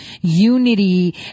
unity